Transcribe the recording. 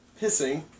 pissing